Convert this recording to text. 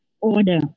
order